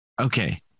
Okay